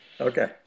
Okay